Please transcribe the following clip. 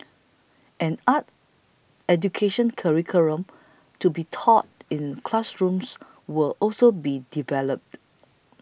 an art education curriculum to be taught in classrooms will also be developed